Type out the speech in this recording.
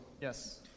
Yes